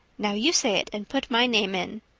now you say it and put my name in.